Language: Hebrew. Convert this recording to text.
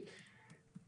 יהיה.